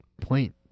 point